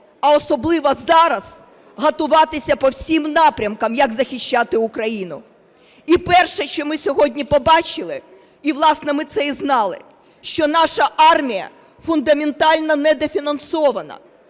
а особливо зараз готуватися по всім напрямкам, як захищати Україну. І перше, що ми сьогодні побачили і, власне, ми це і знали, що наша армія фундаментально недофінансована,